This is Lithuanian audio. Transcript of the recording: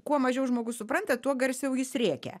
kuo mažiau žmogus supranta tuo garsiau jis rėkia